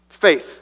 Faith